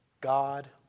God